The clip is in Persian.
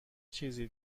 چیزی